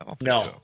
No